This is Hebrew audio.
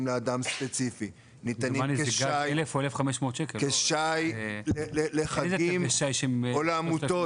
לאדם ספציפי; הם ניתנים כשי לחגים או לעמותות,